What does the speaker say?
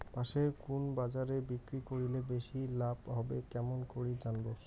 পাশের কুন বাজারে বিক্রি করিলে বেশি লাভ হবে কেমন করি জানবো?